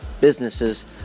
businesses